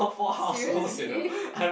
seriously